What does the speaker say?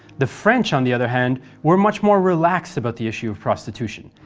the french, on the other hand, were much more relaxed about the issue of prostitution,